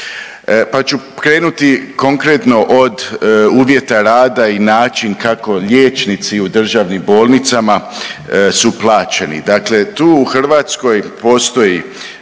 pa ću krenuti konkretno od uvjeta rada i način kako liječnici u državnim bolnicama su plaćeni. Dakle tu u Hrvatskoj postoji